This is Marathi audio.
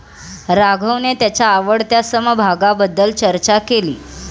राघवने त्याच्या आवडत्या समभागाबद्दल चर्चा केली